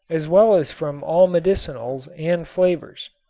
as well as from all medicinals and flavors.